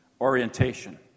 orientation